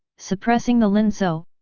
suppressing the linzhou,